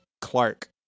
Clark